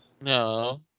No